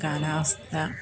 കാലാവസ്ഥ